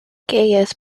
gaius